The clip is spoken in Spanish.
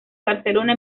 barcelona